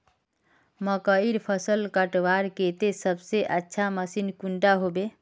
मकईर फसल कटवार केते सबसे अच्छा मशीन कुंडा होबे?